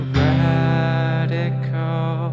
radical